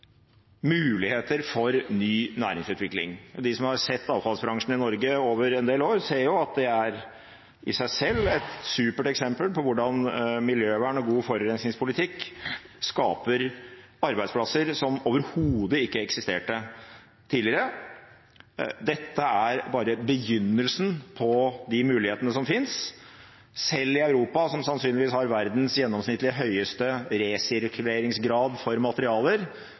muligheter for ny næringsutvikling. De som har sett avfallsbransjen i Norge over en del år, ser at dette i seg selv er et supert eksempel på hvordan miljøvern og god forurensningspolitikk skaper arbeidsplasser som overhodet ikke eksisterte tidligere. Dette er bare begynnelsen på de mulighetene som finnes. Selv i Europa, som sannsynligvis har verdens gjennomsnittlig høyeste resirkuleringsgrad for materialer,